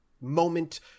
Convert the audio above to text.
moment